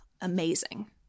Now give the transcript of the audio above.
amazing